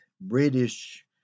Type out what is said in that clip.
British